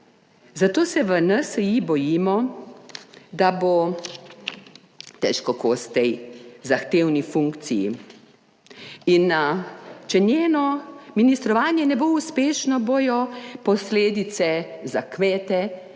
zato se v NSi bojimo, da bo težko kos tej zahtevni funkciji. In če njeno ministrovanje ne bo uspešno, bodo posledice za kmete,